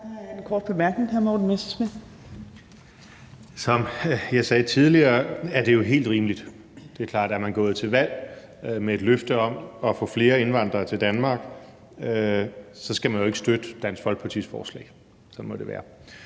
Som jeg sagde tidligere, er det helt rimeligt og klart, at når man gået til valg med et løfte om at få flere indvandrere til Danmark, skal man ikke støtte Dansk Folkepartis forslag. Sådan må det være.